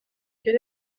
quel